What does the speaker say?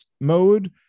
mode